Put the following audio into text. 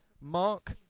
Mark